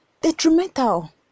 detrimental